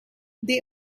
they